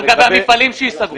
המפעלים שייסגרו?